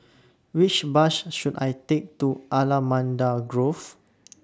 Which Bus should I Take to Allamanda Grove